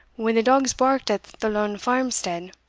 when the dogs barked at the lone farm-stead,